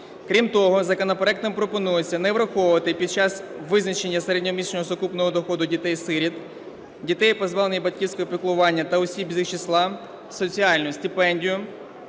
Крім того законопроектом пропонується не враховувати під час визначення середньомісячного сукупного доходу дітей-сиріт, дітей, позбавлених батьківського піклування, та осіб з їх числа соціальну стипендію,